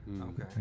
Okay